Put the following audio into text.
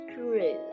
grew